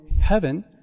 heaven